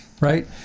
right